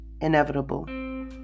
inevitable